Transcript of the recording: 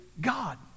God